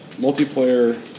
multiplayer